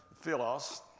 Philos